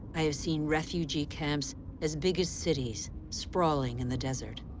i have seen refugee camps as big as cities, sprawling in the desert.